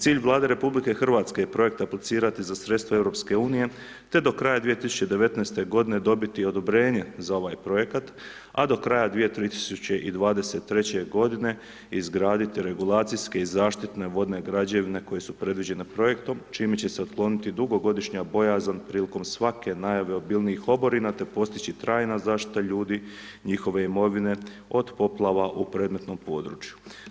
Cilj Vlade RH je projekt aplicirati za sredstva EU te do kraja 2019. godine dobiti odobrenje za ovaj Projekat, a do kraja 2023.-će godine izgraditi regulacijske i zaštitne vodne građevine koje su predviđene Projektom, čime će se otkloniti dugogodišnja bojazan prilikom svake najave obilnijih oborina, te postići trajna zaštita ljudi i njihove imovine od poplava u predmetnom području.